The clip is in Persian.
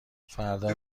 فردا